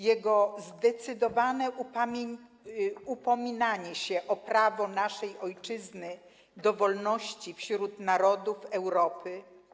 Jego zdecydowane upominanie się o prawo naszej ojczyzny do wolności wśród narodów Europy,